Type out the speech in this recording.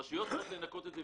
שאז הרשויות צריכות לנקות את זה.